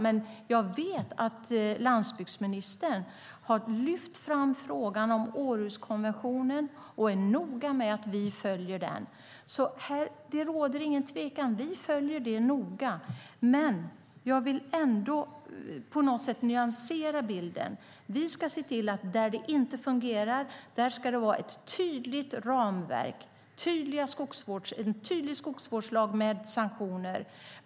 Men jag vet att landsbygdsministern har lyft fram frågan om Århuskonventionen och är noga med att vi följer den. Där råder ingen tvekan. Vi följer den noga. Jag vill ändå på något sätt nyansera bilden. Där det inte fungerar ska vi se till att det finns ett tydligt ramverk och en tydlig skogsvårdslag med sanktioner.